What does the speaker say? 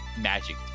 magic